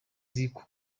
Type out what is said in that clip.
niba